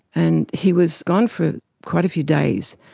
and he was gone for quite a few days,